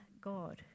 God